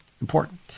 important